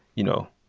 you know,